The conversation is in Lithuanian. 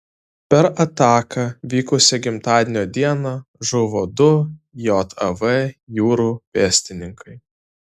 per ataką vykusią gimtadienio dieną žuvo du jav jūrų pėstininkai